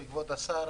כבוד השר,